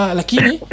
lakini